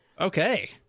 Okay